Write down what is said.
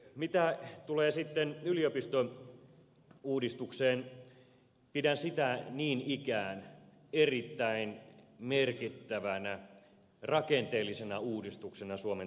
mitä tulee sitten yliopistouudistukseen pidän sitä niin ikään erittäin merkittävänä rakenteellisena uudistuksena suomen tulevaisuudelle